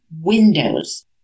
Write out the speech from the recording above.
windows